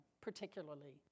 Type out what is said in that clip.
particularly